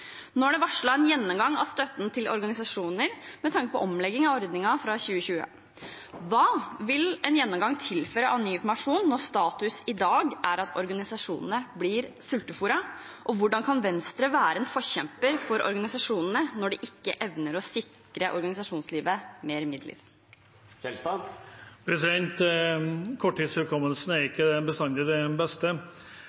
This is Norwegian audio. når status i dag er at organisasjonene blir sultefôret? Hvordan kan Venstre være en forkjemper for organisasjonene når de ikke evner å sikre organisasjonslivet mer midler? Korttidshukommelsen er